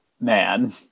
man